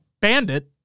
bandit